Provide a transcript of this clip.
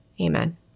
Amen